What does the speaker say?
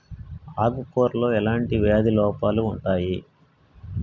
ఆకు కూరలో ఎలాంటి వ్యాధి లోపాలు ఉంటాయి?